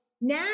now